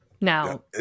Now